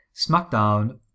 SmackDown